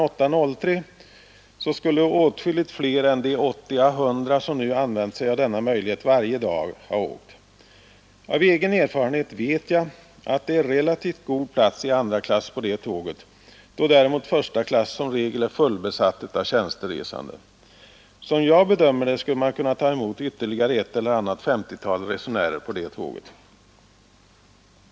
8.03, skulle åtskilligt fler än de 80 å 100 som nu använt sig av denna möjlighet varje dag ha åkt. Av egen erfarenhet vet jag att det är relativt god plats i andra klass på det tåget, då däremot första klass som regel är fullbesatt av tjänsteresande. Som jag bedömer det skulle man kunna ta emot ytterligare ett eller annat 50-tal resenärer på det tåget.